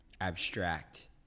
abstract